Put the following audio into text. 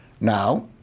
Now